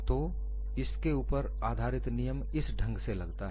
तो इसके ऊपर आधारित नियम इस ढंग से लगता है